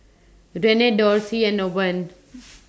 Renee Dorthy and Owen